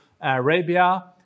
Arabia